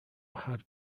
had